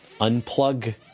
unplug